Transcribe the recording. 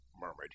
murmured